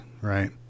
right